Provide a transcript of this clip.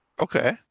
okay